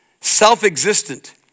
Self-existent